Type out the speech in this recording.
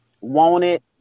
wanted